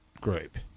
group